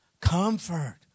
comfort